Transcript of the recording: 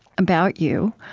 about you.